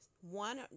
one